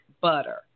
butter